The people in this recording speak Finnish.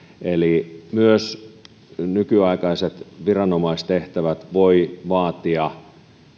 eli myös nykyaikaiset viranomaistehtävät voivat vaatia